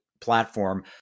platform